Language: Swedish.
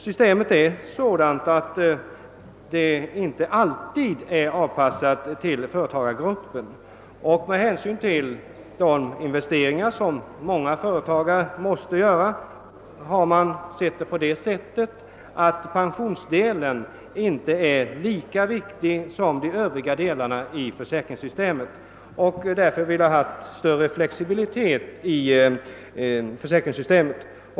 Systemet är inte alltid avpassat för företagargruppen. Med hänsyn till de investeringar som många företagare måste göra har man ansett pensionsdelen inte vara lika viktig som de övriga delarna i försäkringssystemet och därför velat ha större flexibilitet i försäkringssystemet.